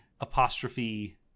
apostrophe